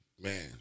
Man